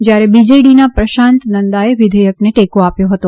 જ્યારે બીજેડીના પ્રશાંત નંદાએ વિધેયકને ટેકો આપ્યો હતો